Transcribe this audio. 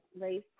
race